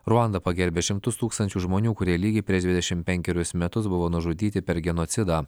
ruanda pagerbia šimtus tūkstančių žmonių kurie lygiai prieš dvidešim penkerius metus buvo nužudyti per genocidą